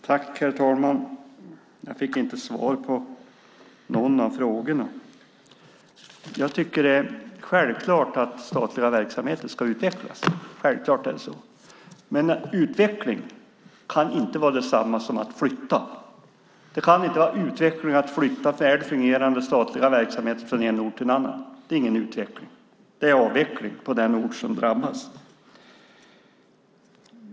Herr talman! Jag fick inte svar på någon av frågorna. Jag tycker att det är självklart att statliga verksamheter ska utvecklas. Men utveckling kan inte vara detsamma som att flytta. Det kan inte vara utveckling att flytta väl fungerande statliga verksamheter från en ort till en annan. Det är ingen utveckling. Det är avveckling på den ort som drabbas.